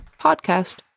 podcast